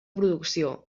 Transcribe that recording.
producció